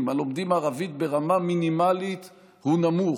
הלומדים ערבית ברמה מינימלית הוא נמוך,